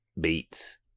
beats